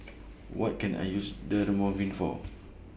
What Can I use Dermaveen For